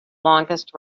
longest